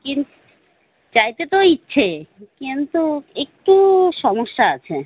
কিন্ যেতে তো ইচ্ছে কিন্তু একটু সমস্যা আছে